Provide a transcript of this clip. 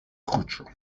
kruĉo